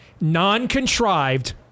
non-contrived